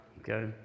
Okay